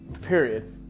period